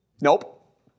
Nope